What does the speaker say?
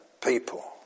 people